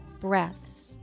breaths